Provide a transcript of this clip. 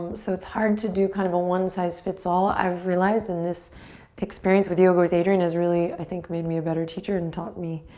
so it's hard to do kind of a one size fits all i've realized in this experience with yoga with adriene has really i think made me a better teacher and taught me